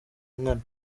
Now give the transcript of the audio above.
nkana